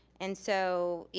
and so,